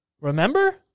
Remember